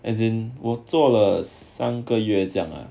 as in 我做了三个月这样啊